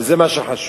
וזה מה שחשוב.